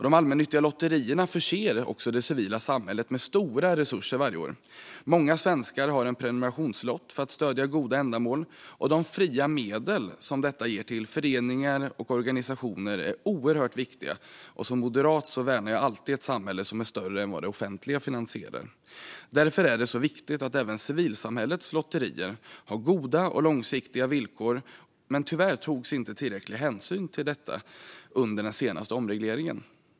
De allmännyttiga lotterierna förser också det civila samhället med stora resurser varje år. Många svenskar har en prenumerationslott för att stödja goda ändamål. De fria medel som detta ger till föreningar och organisationer är oerhört viktiga, och som moderat värnar jag alltid ett samhälle som är större än vad det offentliga finansierar. Därför är det viktigt att även civilsamhällets lotterier har goda och långsiktiga villkor. Tyvärr togs inte tillräcklig hänsyn till detta under den senaste omregleringen.